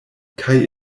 kaj